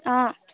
অঁ